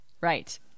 Right